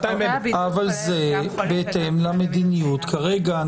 זה בהתאם למדיניות כרגע.